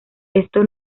esto